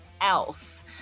else